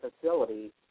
facility